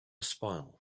spoil